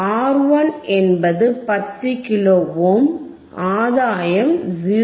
R 1 என்பது 10 kilo ohm ஆதாயம் 0